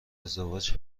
ازدواج